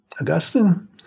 Augustine